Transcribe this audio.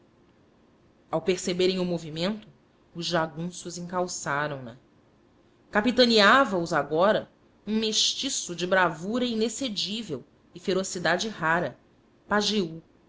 ao perceberem o movimento os jagunços encalçaram na capitaneava os agora um mestiço de bravura inexcedível e ferocidade rara pajeú